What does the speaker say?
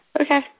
Okay